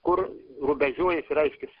kur rubežiuojasi reiškias